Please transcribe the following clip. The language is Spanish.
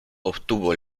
obtuvo